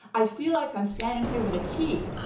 i feel like i'm standing here with a key,